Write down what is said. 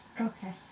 Okay